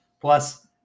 plus